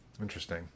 Interesting